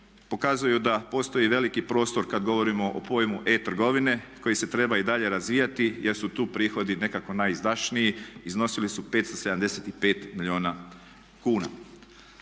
pokazuju da postoji veliki prostor kad govorimo o pojmu e-trgovine koji se treba i dalje razvijati jer su tu prihodi nekako najizdašniji, iznosili su 575 milijuna kuna.